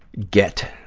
get